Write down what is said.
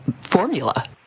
formula